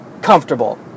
Comfortable